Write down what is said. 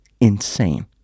insane